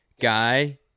guy